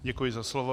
Děkuji za slovo.